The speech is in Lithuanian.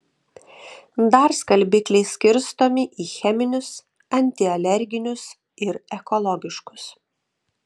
dar skalbikliai skirstomi į cheminius antialerginius ir ekologiškus